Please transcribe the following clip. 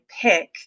pick